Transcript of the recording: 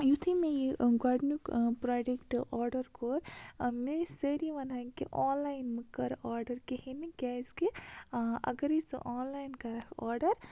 یُتھُے مےٚ یہِ گۄڈنیُک پرٛوڈَٮ۪کٹ آرڈَر کوٚر مےٚ ٲسۍ سٲری وَنان کہِ آنلایَن مہٕ کَرٕ آرڈَر کِہیٖنۍ نہٕ کیٛازِکہِ اَگَرے ژٕ آنلایَن کَرَکھ آرڈَر